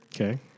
Okay